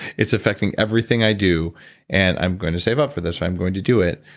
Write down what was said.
it's affecting everything i do and i'm going to save up for this. i'm going to do it.